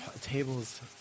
tables